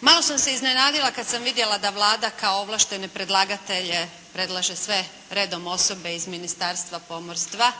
Malo sam se iznenadila kad sam vidjela da Vlada kao ovlaštene predlagatelje predlaže sve redom osobe iz Ministarstva pomorstva